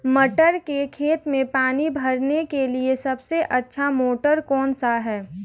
मटर के खेत में पानी भरने के लिए सबसे अच्छा मोटर कौन सा है?